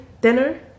dinner